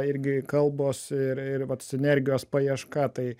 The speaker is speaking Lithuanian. irgi kalbos ir ir vat sinergijos paieška tai